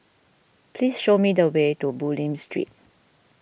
please show me the way to Bulim Street